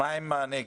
מה עם הנגב?